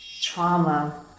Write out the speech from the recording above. trauma